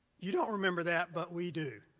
you don't remember that, but we do.